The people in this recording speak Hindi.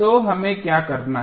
तो हमें क्या करना है